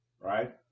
right